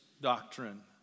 doctrine